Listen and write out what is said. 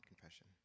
confession